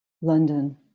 London